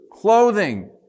Clothing